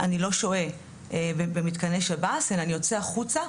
אני לא שוהה במתקני שב"ס אלא אני יוצא החוצה.